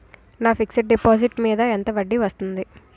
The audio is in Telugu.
నా ఫిక్సడ్ డిపాజిట్ మీద ఎంత వడ్డీ వస్తుంది?